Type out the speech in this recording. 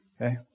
Okay